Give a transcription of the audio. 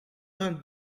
vingt